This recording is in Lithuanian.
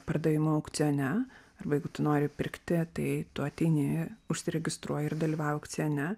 pardavimo aukcione arba jeigu tu nori pirkti tai tu ateini užsiregistruoji ir dalyvauji aukcione